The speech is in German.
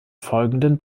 folgenden